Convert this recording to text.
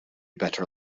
better